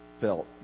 felt